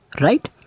right